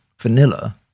vanilla